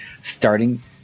starting